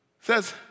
says